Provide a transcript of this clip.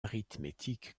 arithmétique